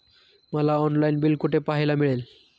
मला online bill कुठे पाहायला मिळेल?